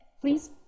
Please